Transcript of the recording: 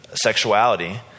sexuality